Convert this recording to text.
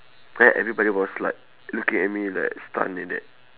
then everybody was like looking at me like stun like that